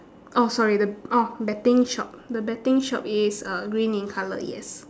orh sorry the orh betting shop the betting shop is uh green in colour yes